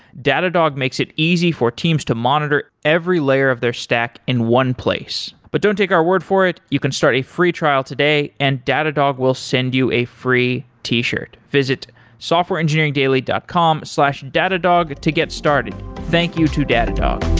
datadog makes it easy for teams to monitor every layer of their stack in one place but don't take our word for it. you can start a free trial today and datadog will send you a free t shirt. visit softwareengineeringdaily dot com slash datadog to get started. thank you too datadog